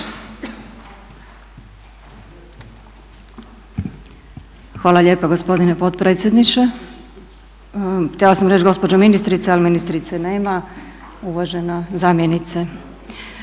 Hvala lijepa gospodine potpredsjedniče. Htjela sam reći gospođo ministrice, ali ministrice nema, uvažena zamjenice.